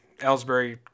Ellsbury